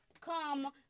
come